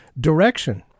direction